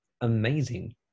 amazing